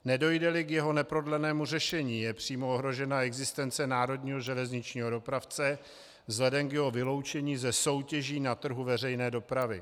Nedojdeli k jeho neprodlenému řešení, je přímo ohrožena existence národního železničního dopravce vzhledem k jeho vyloučení ze soutěží na trhu veřejné dopravy.